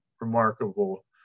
remarkable